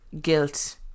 guilt